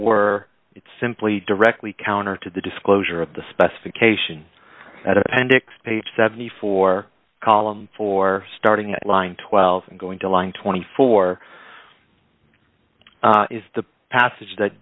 were simply directly counter to the disclosure of the specification that appendix page seventy four column for starting a line twelve and going to line twenty four is the passage that